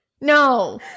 No